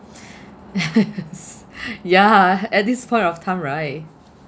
ya at this point of time right